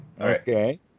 Okay